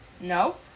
No